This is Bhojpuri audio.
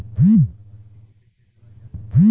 लभार्थी के कइसे जोड़ल जाला?